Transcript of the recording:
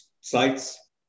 sites